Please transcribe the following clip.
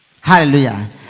Hallelujah